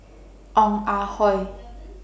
Ong Ah Hoi